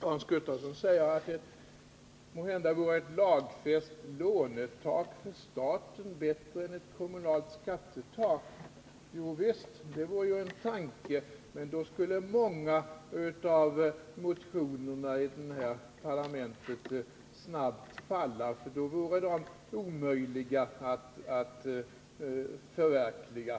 Hans Gustafsson säger att måhända vore ett lagfäst lånetak för staten bättre än ett kommunalt skattetak. Jovisst, det är en tanke. Men då skulle många av motionerna i det här parlamentet snabbt falla, eftersom de då vore omöjliga att förverkliga.